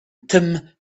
tim